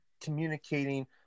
communicating